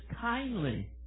kindly